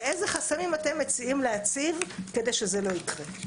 ואיזה חסמים אתם מציעים להציב כדי שזה לא יקרה.